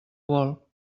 vol